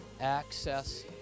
access